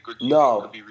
No